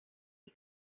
auf